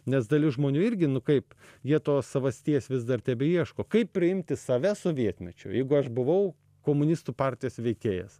nes dalis žmonių irgi nu kaip jie tos savasties vis dar tebeieško kaip priimti save sovietmečiu jeigu aš buvau komunistų partijos veikėjas